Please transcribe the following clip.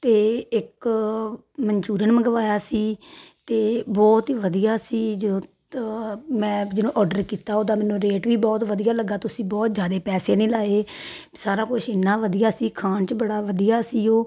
ਅਤੇ ਇੱਕ ਮਨਚੂਰੀਅਨ ਮੰਗਵਾਇਆ ਸੀ ਅਤੇ ਬਹੁਤ ਹੀ ਵਧੀਆ ਸੀ ਜੋ ਮੈਂ ਜਦੋਂ ਔਡਰ ਕੀਤਾ ਉਹਦਾ ਮੈਨੂੰ ਰੇਟ ਵੀ ਬਹੁਤ ਵਧੀਆ ਲੱਗਾ ਤੁਸੀਂ ਬਹੁਤ ਜ਼ਿਆਦਾ ਪੈਸੇ ਨਹੀਂ ਲਾਏ ਸਾਰਾ ਕੁਝ ਇੰਨਾ ਵਧੀਆ ਸੀ ਖਾਣ 'ਚ ਬੜਾ ਵਧੀਆ ਸੀ ਉਹ